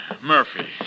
Murphy